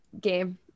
game